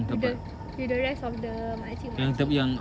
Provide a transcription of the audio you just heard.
with the with the rest of the mak cik mak cik